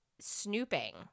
snooping